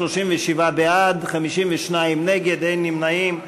37 בעד, 52 נגד, אין נמנעים.